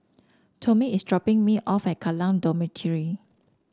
Tomie is dropping me off at Kallang Dormitory